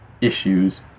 issues